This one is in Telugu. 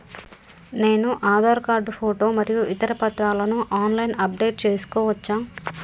నేను ఆధార్ కార్డు ఫోటో మరియు ఇతర పత్రాలను ఆన్ లైన్ అప్ డెట్ చేసుకోవచ్చా?